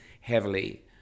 heavily